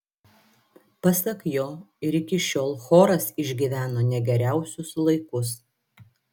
pasak jo ir iki šiol choras išgyveno ne geriausius laikus